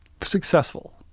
successful